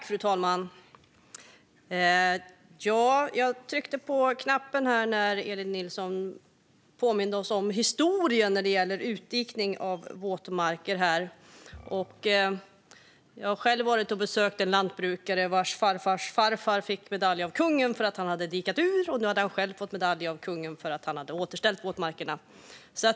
Fru talman! Jag begärde replik när Elin Nilsson påminde oss om historien när det gäller utdikning av våtmarker. Jag har själv besökt en lantbrukare vars farfars farfar fick medalj av kungen för att han hade dikat ut, och nu hade han själv fått medalj av kungen för att han hade återställt våtmarkerna.